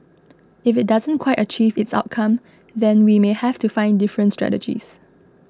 if it doesn't quite achieve its outcome then we may have to find different strategies